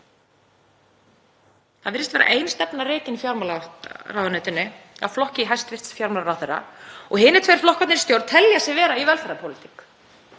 Það virðist vera ein stefna rekin í fjármálaráðuneytinu af flokki hæstv. fjármálaráðherra og hinir tveir flokkarnir í stjórn telja sig vera í velferðarpólitík